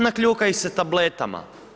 Nakljukaju se tabletama.